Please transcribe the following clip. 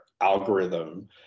algorithm